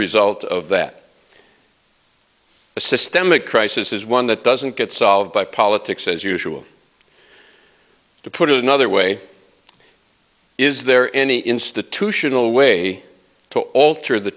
result of that a systemic crisis is one that doesn't get solved by politics as usual to put it another way is there any institutional way to alter the